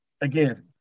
Again